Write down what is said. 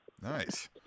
Nice